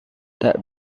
tak